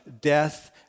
death